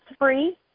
free